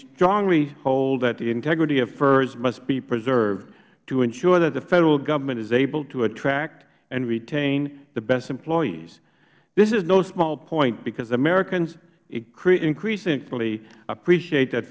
strongly hold that the integrity of fers must be preserved to ensure that the federal government is able to attract and retain the best employees this is no small point because americans increasingly appreciate that